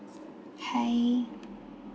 hi